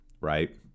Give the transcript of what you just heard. right